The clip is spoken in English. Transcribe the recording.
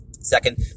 Second